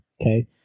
okay